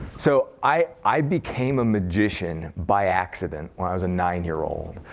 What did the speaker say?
so i i became a magician by accident when i was a nine year old.